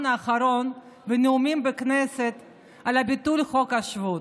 האחרון ונאומים בכנסת על ביטול חוק השבות,